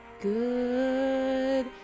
good